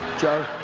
joe,